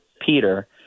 Peter